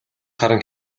харан